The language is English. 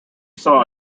saw